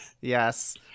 Yes